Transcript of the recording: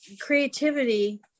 creativity